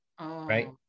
right